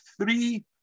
three